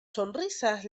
sonrisas